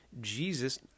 Jesus